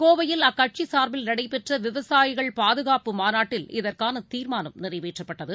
கோவையில் அக்கட்சிசார்பில் நடைபெற்றவிவசாயிகள் பாதுகாப்பு மாநாட்டில் இதற்கானதீர்மானம் நிறைவேற்றப்பட்டது